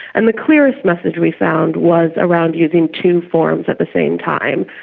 and the clearest message we found was around using two forms at the same time.